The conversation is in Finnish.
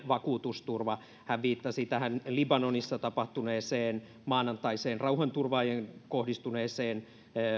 vakuutusturva hän viittasi tähän libanonissa tapahtuneeseen maanantaiseen rauhanturvaajiin kohdistuneeseen